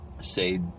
say